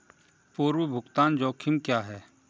पूर्व भुगतान जोखिम क्या हैं?